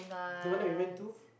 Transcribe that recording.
the one that you went to